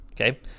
Okay